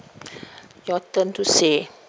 your turn to say